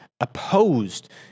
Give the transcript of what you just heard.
Opposed